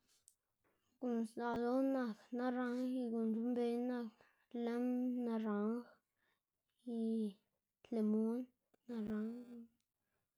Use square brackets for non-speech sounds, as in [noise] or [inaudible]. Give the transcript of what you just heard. [noise] guꞌn sdzaꞌl ldoꞌná nak naranj y guꞌn c̲h̲uꞌnnbeyná nak lim, naranj y limun, naranjna.